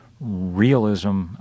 Realism